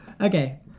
Okay